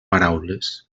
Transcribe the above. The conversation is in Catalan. paraules